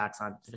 on